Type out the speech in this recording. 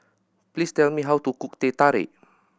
please tell me how to cook Teh Tarik